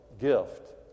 gift